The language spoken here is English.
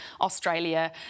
Australia